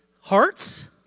Hearts